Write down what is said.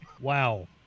Wow